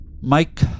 Mike